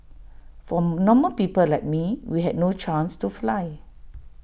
for normal people like me we had no chance to fly